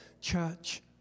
church